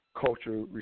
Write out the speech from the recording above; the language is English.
culture